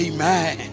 Amen